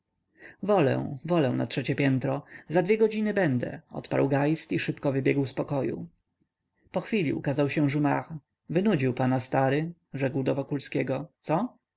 wolę wolę na trzecie piętro za dwie godziny będę odparł geist i szybko wybiegł z pokoju po chwili ukazał się jumart wynudził pana stary rzekł do wokulskiego co